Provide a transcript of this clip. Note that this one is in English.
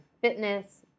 fitness